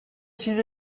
چیز